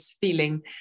feeling